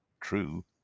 True